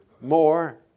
more